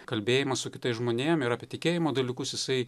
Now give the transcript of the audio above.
kalbėjimas su kitais žmonėm ir apie tikėjimo dalykus jisai